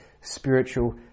spiritual